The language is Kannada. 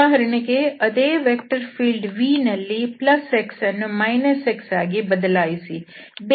ಉದಾಹರಣೆಗೆ ಅದೇ ವೆಕ್ಟರ್ ಫೀಲ್ಡ್ vನಲ್ಲಿ xಅನ್ನು x ಆಗಿ ಬದಲಾಯಿಸಿ